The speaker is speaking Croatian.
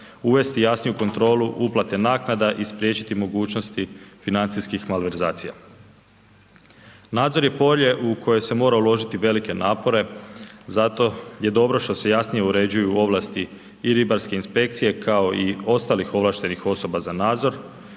uvesti jasniju kontrolu uplate naknada i spriječiti mogućnosti financijskih malverzacija. Nadzor je polje u koje se mora uložiti velike napore, zato je dobro što se jasnije uređuju ovlasti i ribarske inspekcije kao i ostalih ovlaštenih osoba za nadzor.